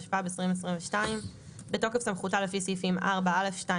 התשפ"ב 2022. בתוקף סמכותה לפי סעיפים 4(א)(2),